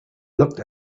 looked